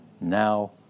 now